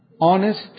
Honest